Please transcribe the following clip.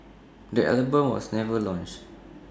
the album was never launched